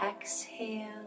exhale